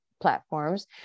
platforms